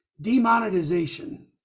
Demonetization